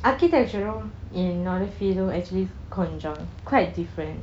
architectural கும் என்னுடைய:kum ennudaiya field actually கொஞ்சம்:konjam quite different